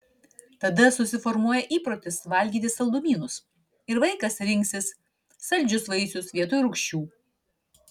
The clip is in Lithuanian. tada susiformuoja įprotis valgyti saldumynus ir vaikas rinksis saldžius vaisius vietoj rūgščių